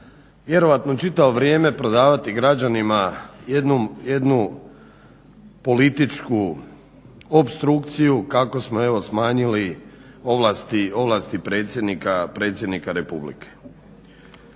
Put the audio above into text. vjerojatno čitavo vrijeme prodavati građanima jednu političku opstrukciju kako smo smanjili ovlasti predsjednika Republike.